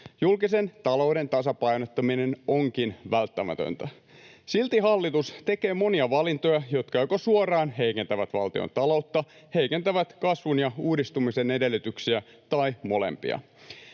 Julkisen talouden tasapainottaminen onkin välttämätöntä. Silti hallitus tekee monia valintoja, jotka joko suoraan heikentävät valtion taloutta tai heikentävät kasvun ja uudistumisen edellytyksiä — tai molempia.